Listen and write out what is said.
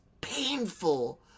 painful